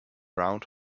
round